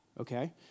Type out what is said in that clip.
okay